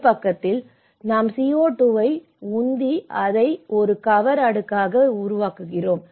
ஒரு பக்கத்தில் நாம் CO2 ஐ உந்தி அதை ஒரு கவர் அடுக்காக உருவாக்குகிறோம்